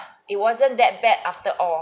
it wasn't that bad after all